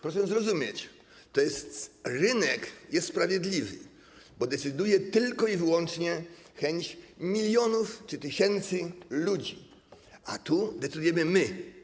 Proszę zrozumieć, rynek jest sprawiedliwy, bo decyduje tylko i wyłącznie chęć milionów czy tysięcy ludzi, a tu decydujemy my.